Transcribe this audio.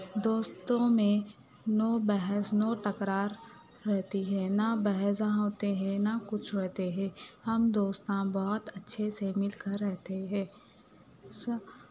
دوستوں میں نو بحث نو تکرار رہتی ہے نہ بیزار ہوتے ہیں نہ کچھ رہتے ہیں ہم دوستاں بہت اچھے سے مل کر رہتے ہے اچھا